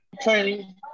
Training